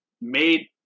made